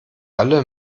alle